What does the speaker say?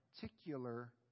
particular